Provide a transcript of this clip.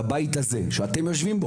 שבו גם אתם יושבים,